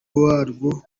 warwo